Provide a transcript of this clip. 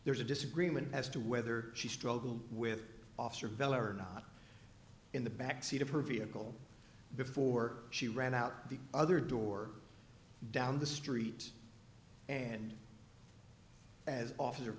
there's a disagreement as to whether she struggled with officer bell or not in the backseat of her vehicle before she ran out the other door down the street and as officer